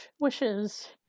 wishes